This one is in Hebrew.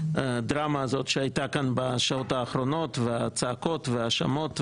5" הסעיף אומר איך עובדי מדינה יכולים או לא